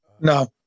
no